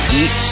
eat